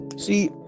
See